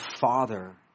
father